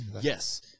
Yes